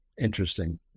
Interesting